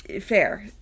Fair